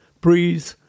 Breathe